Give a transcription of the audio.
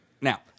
now